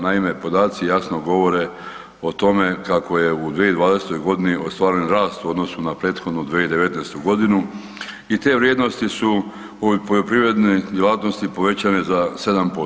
Naime, podaci jasno govore o tome kako je u 2020. godini ostvaren rast u odnosu na prethodnu 2019. godinu i te vrijednosti su u poljoprivrednoj djelatnosti povećane za 7%